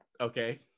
okay